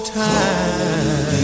time